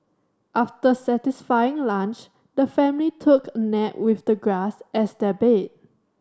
after satisfying lunch the family took a nap with the grass as their bed